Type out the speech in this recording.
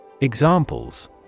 Examples